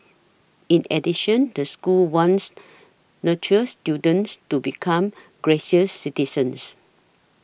in addition the school wants nurtures students to become gracious citizens